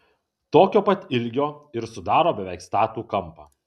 tokio pat ilgio ir sudaro beveik statų kampą